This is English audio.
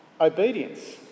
obedience